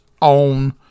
on